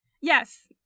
Yes